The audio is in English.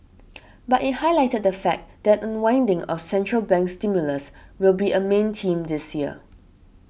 but it highlighted the fact that unwinding of central bank stimulus will be a main theme this year